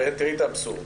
תראי את האבסורד.